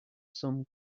some